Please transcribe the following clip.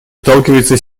сталкивается